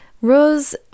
Rose